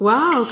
Wow